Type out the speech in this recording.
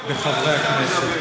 בחברי הכנסת.